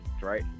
right